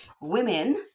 women